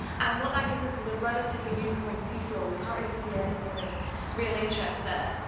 and what that gives us is a relatively uniform seafloor. we can't really see anything of real interest there.